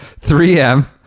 3M